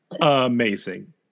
Amazing